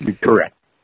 Correct